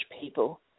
people